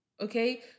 okay